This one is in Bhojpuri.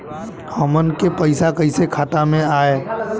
हमन के पईसा कइसे खाता में आय?